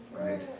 Right